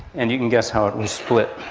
and you can guess how it was split.